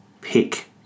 pick